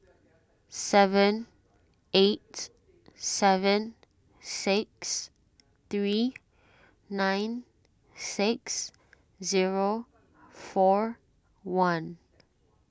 seven eight seven six three nine six zero four one